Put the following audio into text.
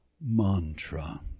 mantra